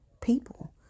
people